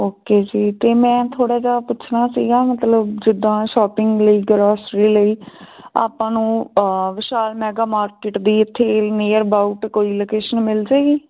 okay ਜੀ ਅਤੇ ਮੈਂ ਥੋੜ੍ਹਾ ਜਿਹਾ ਪੁੱਛਣਾ ਸੀਗਾ ਮਤਲਬ ਜਿੱਦਾਂ ਸ਼ੋਪਿੰਗ ਲਈ ਗਰੋਸਰੀ ਲਈ ਆਪਾਂ ਨੂੰ ਵਿਸ਼ਾਲ ਮੈਗਾ ਮਾਰਕੀਟ ਦੀ ਇੱਥੇ ਨੀਅਰ ਅਬਾਊਟ ਕੋਈ ਲੋਕੇਸ਼ਨ ਮਿਲ ਜਾਏਗੀ